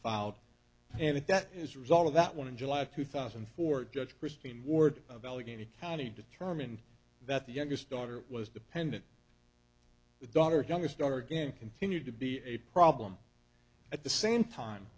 filed and that as a result of that one july two thousand and four judge kristine ward of allegheny county determined that the youngest daughter was dependent the daughter youngest daughter again continued to be a problem at the same time